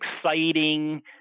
exciting